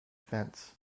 fence